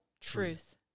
truth